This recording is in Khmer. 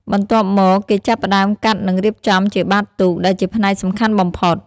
បន្ទាប់មក គេចាប់ផ្តើមកាត់និងរៀបចំជាបាតទូក ដែលជាផ្នែកសំខាន់បំផុត។